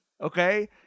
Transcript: okay